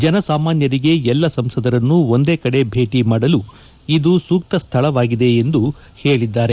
ಜನಸಾಮಾನ್ಯರಿಗೆ ಎಲ್ಲಾ ಸಂಸದರನ್ನು ಒಂದೇ ಕಡೆ ಭೇಟಿ ಮಾಡಲು ಇದು ಸೂಕ್ತ ಸ್ದಳವಾಗಿದೆ ಎಂದು ಹೇಳಿದ್ದಾರೆ